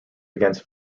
against